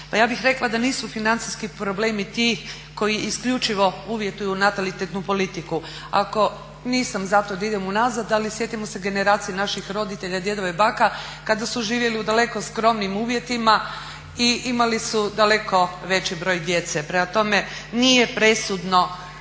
Pa ja bih rekla da nisu financijski problemi ti koji isključivo uvjetuju natalitetnu politiku. ako nisam zato da idem unazad, ali sjetimo se generacija naših roditelja, djedova i baka kada su živjeli u daleko skromnijim uvjetima i imali su daleko veći broj djece. Prema tome, nije presudno